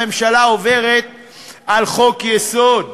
הממשלה עוברת על חוק-יסוד.